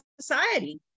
society